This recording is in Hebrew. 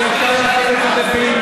יש לו זכות להגיב.